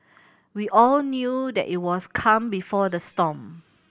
we all knew that it was calm before the storm